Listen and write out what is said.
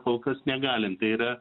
kol kas negalim tai yra